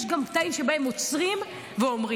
יש גם קטעים שבהם עוצרים ואומרים.